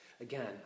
Again